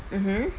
mmhmm